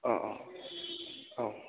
औ